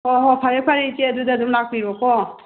ꯍꯣꯏ ꯍꯣꯏ ꯐꯔꯦ ꯐꯔꯦ ꯏꯆꯦ ꯑꯗꯨꯗ ꯑꯗꯨꯝ ꯂꯥꯛꯄꯤꯔꯣꯀꯣ